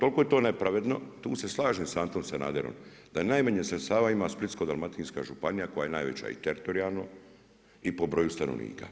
Toliko je to nepravedno tu se slažem sa Antom Sanaderom, da najmanje sredstava ima Splitsko-dalmatinska županija koja je i najveća teritorijalno i po broju stanovnika.